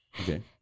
Okay